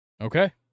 Okay